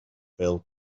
fell